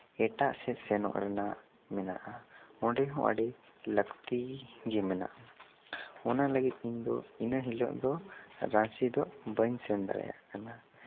ᱮᱴᱟᱜ ᱥᱮᱫ ᱥᱮᱱᱚᱜ ᱨᱮᱱᱟᱜ ᱢᱮᱱᱟᱜᱼᱟ ᱚᱸᱰᱮ ᱦᱚᱸ ᱟᱹᱰᱤ ᱞᱟᱹᱠᱛᱤ ᱜᱮ ᱢᱮᱱᱟᱜᱼᱟ ᱚᱱᱟ ᱞᱟᱹᱜᱤᱫ ᱤᱧᱫᱚ ᱤᱱᱟᱹ ᱦᱤᱞᱳᱜ ᱫᱚ ᱨᱟᱺᱪᱤ ᱫᱚ ᱵᱟᱹᱧ ᱥᱮᱱ ᱫᱟᱲᱮᱭᱟᱜ ᱠᱟᱱᱟ